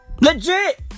Legit